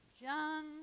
young